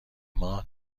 ماه